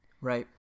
Right